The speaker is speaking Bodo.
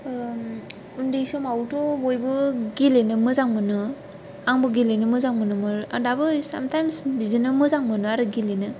उन्दै समावथ' बयबो गेलेनो मोजां मोनो आंबो गेलेनो मोजां मोनोमोन दाबो सामटाइमस बिदिनो मोजां मोनो आरो गेलेनो